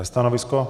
Stanovisko?